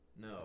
No